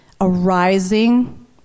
arising